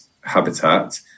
habitat